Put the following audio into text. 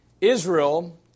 Israel